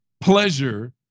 Pleasure